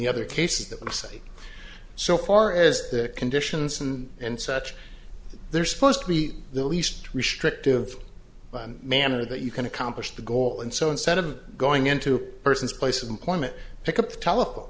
the other cases that we see so far as conditions and such there are supposed to be the least restrictive manner that you can accomplish the goal and so instead of going into a person's place of employment pick up the telephone